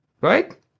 right